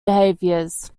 behaviors